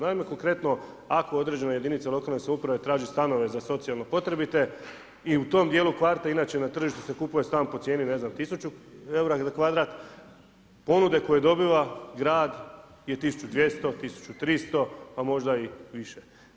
Naime, konkretno, ako određena jedinica lokalne samouprave traži stanove za socijalno potrebite i tom dijelu kvarta, inače na tržištu se kupuje stan po cijeni, ne znam, 1000 eura kvadrat, ponuda koje dobiva grad je 1200, 1300, pa možda i više.